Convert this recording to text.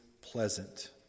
pleasant